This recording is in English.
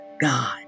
God